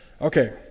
Okay